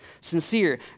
sincere